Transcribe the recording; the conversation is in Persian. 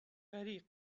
غریق